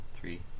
three